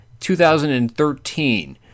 2013